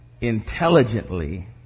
intelligently